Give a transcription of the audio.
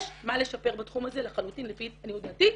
יש מה לשפר בתחום הזה לחלוטין לפי עניות דעתי,